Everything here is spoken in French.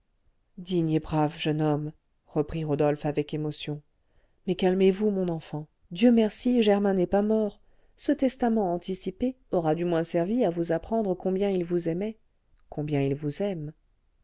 digne et brave jeune homme reprit rodolphe avec émotion mais calmez-vous mon enfant dieu merci germain n'est pas mort ce testament anticipé aura du moins servi à vous apprendre combien il vous aimait combien il vous aime